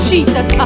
Jesus